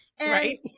right